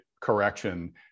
correction